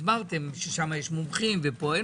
הסברתם ששם יש מומחים ופה אין.